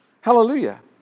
Hallelujah